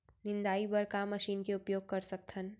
निंदाई बर का मशीन के उपयोग कर सकथन?